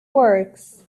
works